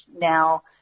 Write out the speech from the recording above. now